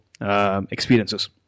experiences